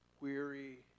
weary